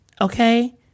okay